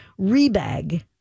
Rebag